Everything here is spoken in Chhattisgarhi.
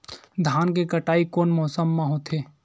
धान के कटाई कोन मौसम मा होथे?